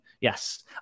yes